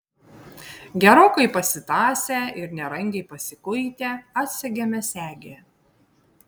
gerokai pasitąsę ir nerangiai pasikuitę atsegėme segę